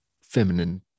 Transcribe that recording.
feminine